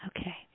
Okay